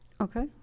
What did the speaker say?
Okay